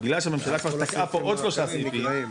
אבל בגלל שהממשלה תקעה פה עוד שלושה סעיפים,